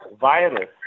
virus